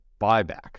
buyback